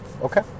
okay